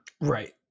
Right